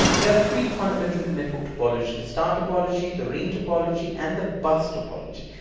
there are three fundamental network topology. the star topology, the ring topology and the bus topology.